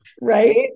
Right